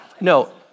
No